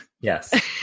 Yes